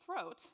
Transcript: throat